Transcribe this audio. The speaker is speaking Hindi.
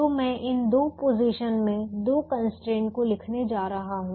तो मैं इन 2 पोजीशन में दो कंस्ट्रेंट को लिखने जा रहा हूं